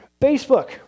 Facebook